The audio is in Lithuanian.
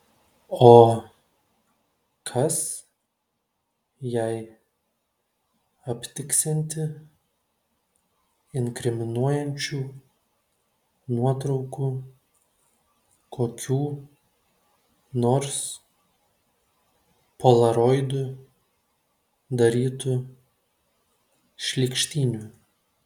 o kas jei aptiksianti inkriminuojančių nuotraukų kokių nors polaroidu darytų šlykštynių